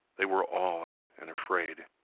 they were awed and afraid.